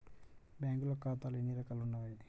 బ్యాంక్లో ఖాతాలు ఎన్ని రకాలు ఉన్నావి?